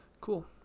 Cool